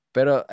Pero